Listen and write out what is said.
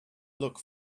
look